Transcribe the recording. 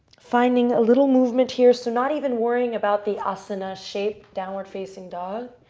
finding a little movement here. so not even worrying about the asana shape, downward facing dog,